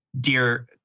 Dear